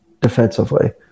defensively